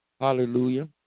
hallelujah